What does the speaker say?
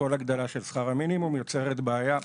וכל הגדלה של שכר המינימום יוצרת בעיה,